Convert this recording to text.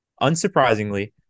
Unsurprisingly